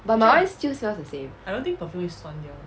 but my one still smells the same